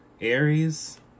Aries